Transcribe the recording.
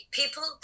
people